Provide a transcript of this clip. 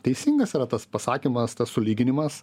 teisingas yra tas pasakymas tas sulyginimas